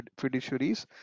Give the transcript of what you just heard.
fiduciaries